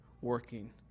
working